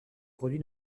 produit